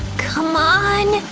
c'mon,